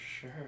sure